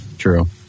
True